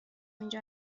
اینجا